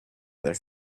other